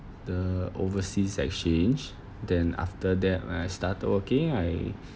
the overseas exchange then after that when I started working I